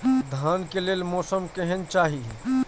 धान के लेल मौसम केहन चाहि?